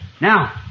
Now